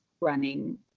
running